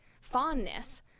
fondness